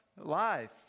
life